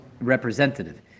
representative